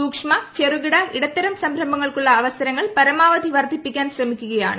സൂക്ഷ്മ ചെറുകിട ഇടത്തരം സംരംഭങ്ങൾക്കുള്ള എംഎസ്എംഇ അവസരങ്ങൾ പരമാവധി വർധിപ്പിക്കാൻ ശ്രമിക്കുകയാണ്